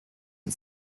and